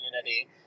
community